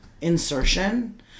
Insertion